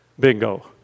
Bingo